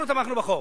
אנחנו תמכנו בחוק.